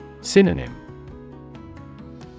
Synonym